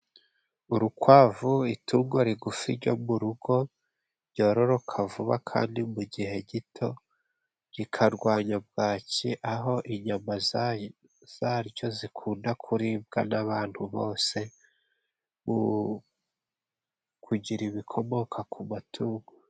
Urukwavu itungo rigufi ryo mu rugo ryororoka vuba. Kandi mu gihe gito rikarwanya bwaki, aho inyama zaryo zikunda kuribwa n'abantu bose, kugira ibikomoka ku matungo.